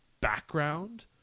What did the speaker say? background